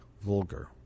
vulgar